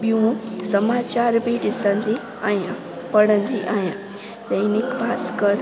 ॿियूं समाचार बि ॾिसंदी आहियां पढ़ंदी आहियां दैनिक भासकर